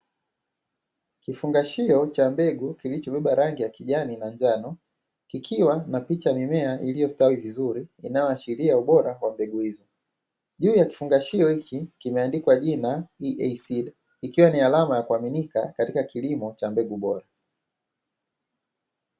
Kifungashio cha mbegu kilichobeba rangi ya kijani na njano kikiwa na picha ya mimea iliyostawi vizuri inayoashiria ubora wa mbegu hizo, juu ya kifungashio hiki kimeandikwa jina "Ea seed" ikiwa ni alama ya kuaminika katika kilimo cha mbegu bora.